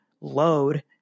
load